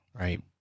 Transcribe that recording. Right